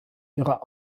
ihrer